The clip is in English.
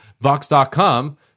Vox.com